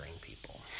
people